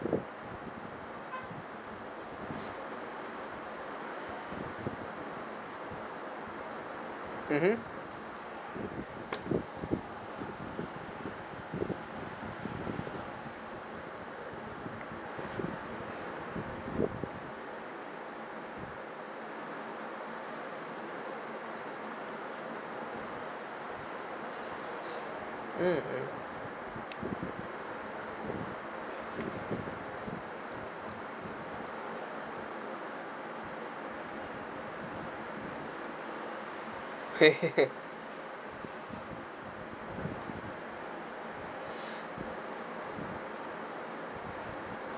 mmhmm mm mm